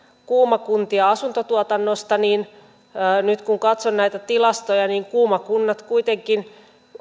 kuuma kuntia asuntotuotannosta nyt kun katson näitä tilastoja niin kuuma kunnat kuitenkin